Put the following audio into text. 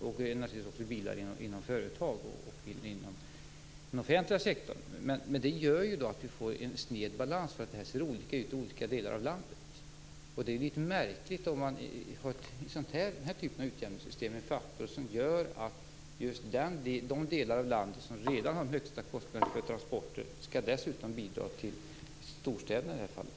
Det gäller naturligtvis också bilar inom företag och inom den offentliga sektorn. Det gör att vi får sned balans, för det ser olika ut i olika delar av landet. Det är litet märkligt om man i den här typen av utjämningssystem har en faktor som gör att just de delar av landet som redan har de högsta kostnaderna för transporter dessutom skall bidra till storstäderna i det här fallet.